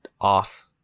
off